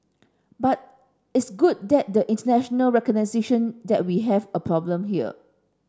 but it's good that there international recognition that we have a problem here